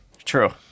True